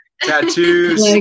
tattoos